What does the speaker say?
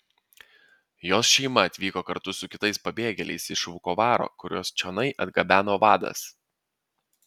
jos šeima atvyko kartu su kitais pabėgėliais iš vukovaro kuriuos čionai atgabeno vadas